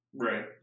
Right